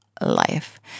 life